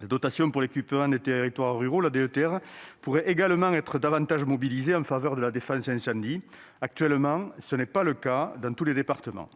La dotation d'équipement des territoires ruraux (DETR) pourrait également être davantage mobilisée. Actuellement, ce n'est pas le cas dans tous les départements.